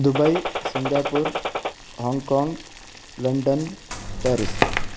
Dubai Singapore Hong Kong London Paris